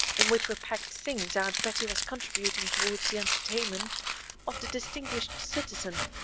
in which were packed things aunt bettie was contributing towards the entertainment of the distinguished citizen.